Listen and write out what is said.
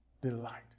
Delight